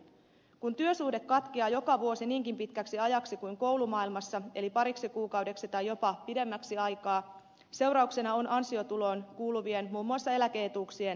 kun työsuhde katkeaa joka vuosi niinkin pitkäksi ajaksi kuin koulumaailmassa eli pariksi kuukaudeksi tai jopa pidemmäksi aikaa seurauksena on ansiotuloon kuuluvien etuuksien muun muassa eläke etuuksien leikkaantuminen